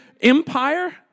empire